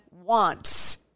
wants